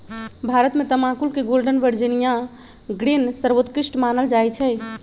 भारत में तमाकुल के गोल्डन वर्जिनियां ग्रीन सर्वोत्कृष्ट मानल जाइ छइ